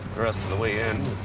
the rest of the way in.